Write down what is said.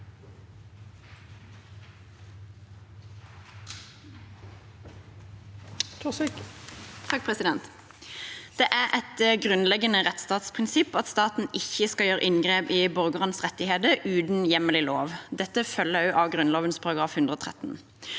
Det er et grunnleggende rettsstatsprinsipp at staten ikke skal gjøre inngrep i borgernes rettigheter uten hjemmel i lov. Dette følger også av Grunnloven § 113.